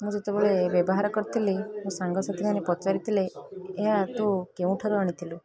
ମୁଁ ଯେତେବେଳେ ବ୍ୟବହାର କରିଥିଲି ମୋ ସାଙ୍ଗସାଥି ମାନେ ପଚାରିଥିଲେ ଏହା ତୁ କେଉଁ ଠାରୁ ଆଣିଥିଲୁ